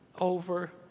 over